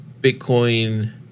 Bitcoin